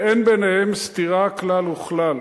ואין ביניהם סתירה כלל וכלל.